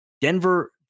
Denver